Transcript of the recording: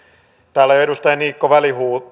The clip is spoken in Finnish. täällä edustaja niikko välihuusi